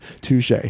Touche